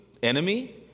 enemy